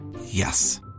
yes